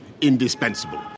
indispensable